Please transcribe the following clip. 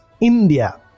India